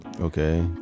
Okay